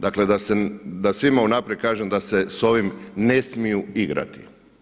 Dakle, da svima unaprijed kažem da se s ovim ne smiju igrati.